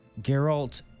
Geralt